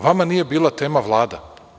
Vama nije bila tema Vlada.